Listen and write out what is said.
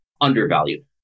undervalued